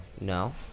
No